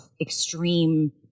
extreme